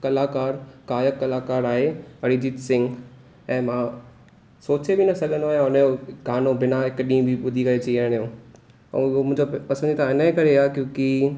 कलाकार गायक कलाकार आहे अरिजीत सिंह ऐं मां सोचे बि न सघंदो आहियां हुनजो गानो बिना हिकु ॾींहं बि ॿुधी करे जीअण जो ऐं उहो मुंहिंजो पसंदीदा हिन करे आहे क्योंकि